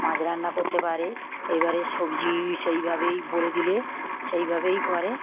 মাছ রান্না করতে পারে এইবারে সবজি সেইভাবেই বলে দিলে সেইভাবেই করে